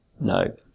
no